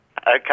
Okay